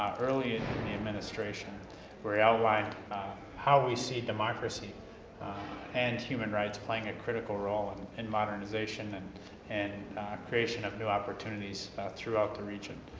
early in the administration were outlined how we see democracy and human rights playing a critical road and in modernization and and creation of new opportunities throughout the region.